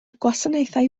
gwasanaethau